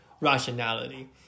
rationality